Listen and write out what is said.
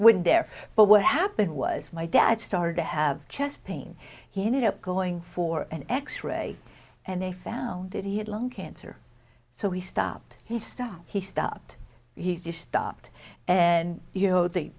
wouldn't dare but what happened was my dad started to have chest pain he ended up going for an x ray and they found that he had lung cancer so he stopped he stopped he stopped he's just stopped and you know the